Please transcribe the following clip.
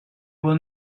will